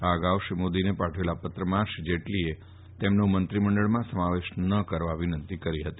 આ અગાઉ શ્રી મોદીને પાઠવેલા પત્રમાં શ્રી જેટલીએ તેમનો મંત્રીમંડળમાં સમાવેશ ન કરવા વિનંતી કરી ફતી